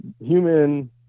human